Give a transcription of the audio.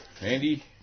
Andy